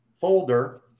folder